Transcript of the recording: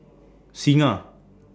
Singha